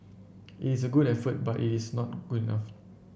it is a good effort but it is not good enough